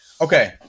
Okay